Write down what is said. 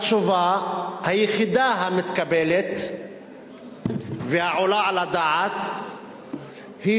התשובה היחידה המתקבלת והעולה על הדעת היא